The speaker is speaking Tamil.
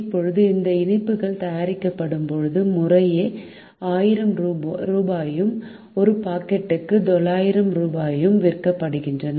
இப்போது இந்த இனிப்புகள் தயாரிக்கப்படும் போது முறையே 1000 ரூபாயும் ஒரு பாக்கெட்டுக்கு 900 ரூபாயும் விற்கப்படுகின்றன